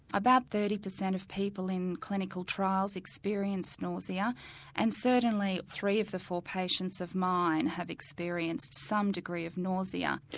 about thirty percent of people in clinical trials experience nausea and certainly three of the four patients of mine have experienced some degree of nausea.